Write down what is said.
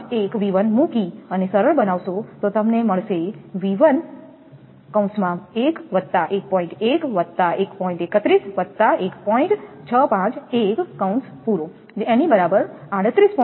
651V1 મૂકી અને સરળ બનાવશો તો તમને મળશે 66√3 બરાબર 38